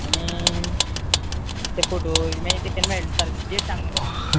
आनी ते फोटो मागीर ते केन्ना मेळ सारक डेट सांग म्हाका तूं मागीर